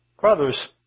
Brothers